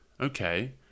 Okay